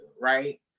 right